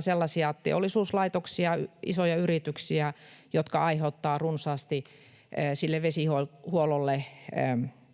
sellaisia teollisuuslaitoksia, isoja yrityksiä, jotka aiheuttavat runsaasti sille vesihuollolle